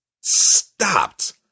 stopped